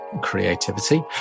creativity